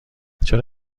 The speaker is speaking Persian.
چرا